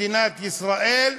מדינת ישראל,